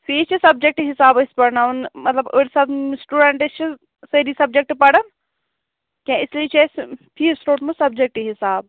fees چھِ subject حِساب أسۍ پَرٕناوان مطلب أڈۍ سِٹوٗڈینٹ چھِ سأری سَبٕجیکٹ پَران کیٚنٛہہ اِسلیے چھِ أسۍ فیٖس روٗٹمُت سَبٕجیکٹ حِساب